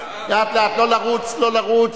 לא לרוץ,